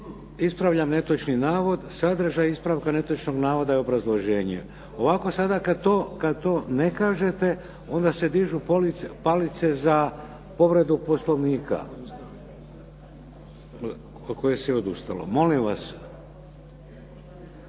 ispravljam netočni navod, sadržaj ispravka netočnog navoda i obrazloženje. Ovako sada kad to ne kažete onda se dižu palice za povredu poslovnika od koje se odustalo. Molim vas.